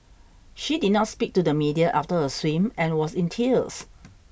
she did not speak to the media after her swim and was in tears